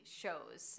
shows